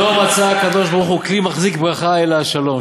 "לא מצא הקדוש-ברוך-הוא כלי מחזיק ברכה אלא השלום,